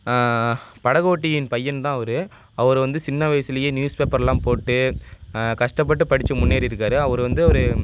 படகோட்டியின் பையன் தான் அவர் அவர் வந்து சின்ன வயசுலையே நியூஸ் பேப்பரெலாம் போட்டு கஷ்டப்பட்டு படிச்சு முன்னேறி இருக்கார் அவர் வந்து ஒரு